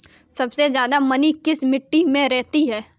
सबसे ज्यादा नमी किस मिट्टी में रहती है?